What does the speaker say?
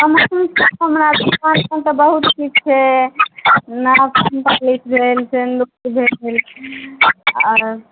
समान तऽ हमरा दुकानमे तऽ बहुत किछु छै नाखून पालिस भेल सेन्दूर भेल आओर